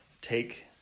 take